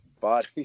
body